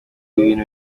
ibintu